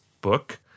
book